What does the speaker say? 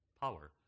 power